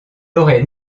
aurait